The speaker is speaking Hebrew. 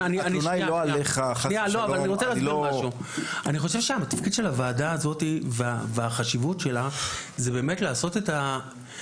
אני חושב שהתפקיד של הוועדה הזו זה באמת להביא